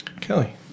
Kelly